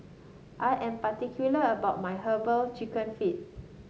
I am particular about my herbal chicken feet